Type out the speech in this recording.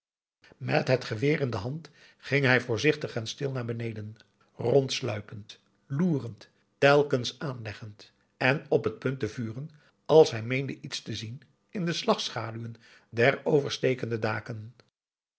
met het geweer in de hand ging hij voorzichtig en stil naar beneden rondsluipend loerend telkens aanleggend en op het punt te vuren als hij meende iets te zien in de slagschaduwen der overstekende daken